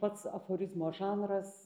pats aforizmo žanras